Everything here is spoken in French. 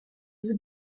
vous